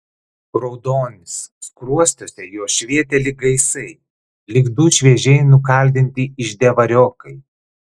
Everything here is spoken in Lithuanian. raudonis skruostuose jos švietė lyg gaisai lyg du šviežiai nukaldinti ižde variokai